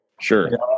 Sure